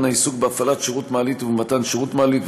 העיסוק בהפעלת שירות מעלית ובמתן שירות מעלית,